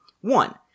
One